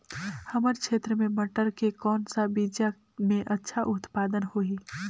हमर क्षेत्र मे मटर के कौन सा बीजा मे अच्छा उत्पादन होही?